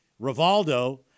Rivaldo